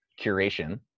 curation